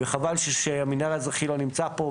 וחבל שהמינהל האזרחי לא נמצא פה,